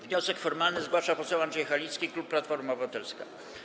Wniosek formalny zgłasza poseł Andrzej Halicki, klub Platforma Obywatelska.